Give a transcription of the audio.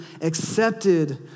accepted